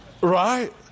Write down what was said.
Right